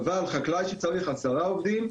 אבל חקלאי שצריך עשרה עובדים,